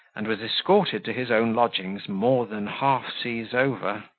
and was escorted to his own lodgings more than half-seas over.